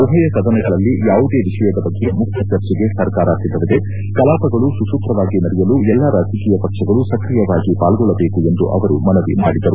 ಉಭಯ ಸದನಗಳಲ್ಲಿ ಯಾವುದೇ ವಿಷಯದ ಬಗ್ಗೆ ಮುಕ್ತ ಚರ್ಚೆಗೆ ಸರ್ಕಾರ ಸಿದ್ಧವಿದೆ ಕಲಾಪಗಳು ಸುಸೂತ್ರವಾಗಿ ನಡೆಯಲು ಎಲ್ಲಾ ರಾಜಕೀಯ ಪಕ್ಷಗಳು ಸಕ್ರಿಯವಾಗಿ ಪಾಲ್ಗೊಳ್ಳಬೇಕು ಎಂದು ಅವರು ಮನವಿ ಮಾಡಿದರು